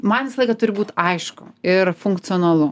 man visą laiką turi būt aišku ir funkcionalu